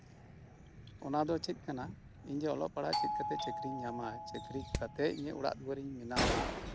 ᱚᱱᱟ ᱫᱚ ᱪᱮᱫ ᱠᱟᱱᱟ ᱤᱧ ᱡᱮ ᱚᱞᱚᱜ ᱯᱟᱲᱦᱟᱜ ᱪᱮᱫ ᱠᱟᱛᱮᱜ ᱪᱟᱹᱠᱨᱤᱧ ᱧᱟᱢᱟ ᱪᱟᱹᱠᱨᱤ ᱠᱟᱛᱮᱜ ᱤᱧᱟᱹᱜ ᱚᱲᱟᱜ ᱫᱩᱣᱟᱹᱨ ᱤᱧ ᱵᱮᱱᱟᱣᱟ